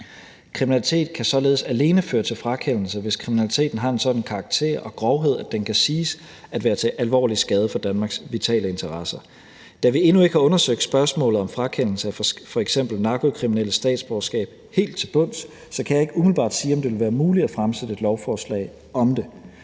Kriminalitet kan således alene føre til frakendelse, hvis kriminaliteten har en sådan karakter og grovhed, at den kan siges at være til alvorlig skade for Danmarks vitale interesser. Da vi endnu ikke har undersøgt spørgsmålet om frakendelse af f.eks. narkokriminelles statsborgerskab helt til bunds, kan jeg ikke umiddelbart sige, om det vil være muligt at fremsætte et lovforslag om det.